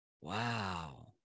wow